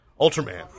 Ultraman